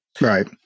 Right